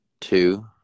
Two